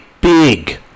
big